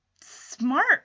smart